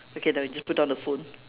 okay then we just put down the phone